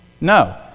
No